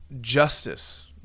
justice